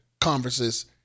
Conferences